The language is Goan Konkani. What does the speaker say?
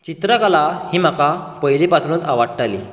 चित्रकला ही म्हाका पयली पासुनूच आवडटाली